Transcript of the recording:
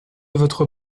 votre